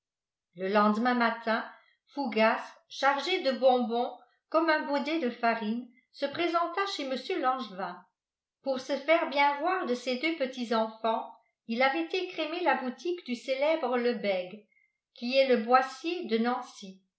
le lendemain matin fougas chargé de bonbons comme un baudet de farine se présenta chez mr langevin pour se faire bien voir de ses deux petits-enfants il avait écrémé la boutique du célèbre lebègue qui est le boissier de nancy